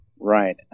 Right